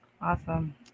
Awesome